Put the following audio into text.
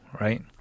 right